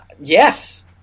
Yes